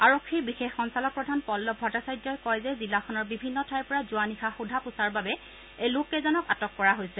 আৰক্ষীৰ বিশেষ সঞ্চালক প্ৰধান পল্লৱ ভট্টাচাৰ্যই কয় যে জিলাখনৰ বিভিন্ন ঠাইৰ পৰা যোৱা নিশা সোধা পোছাৰ বাবে এই লোককেইজনক আটক কৰা হৈছে